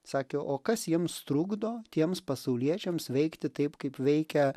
sakė o kas jiems trukdo tiems pasauliečiams veikti taip kaip veikia